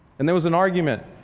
and there was an argument.